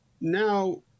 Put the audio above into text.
now